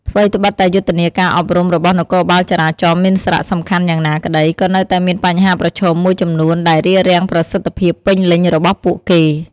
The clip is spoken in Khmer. ថ្វីដ្បិតតែយុទ្ធនាការអប់រំរបស់នគរបាលចរាចរណ៍មានសារៈសំខាន់យ៉ាងណាក្តី ក៏នៅតែមានបញ្ហាប្រឈមមួយចំនួនដែលរារាំងប្រសិទ្ធភាពពេញលេញរបស់ពួកគេ។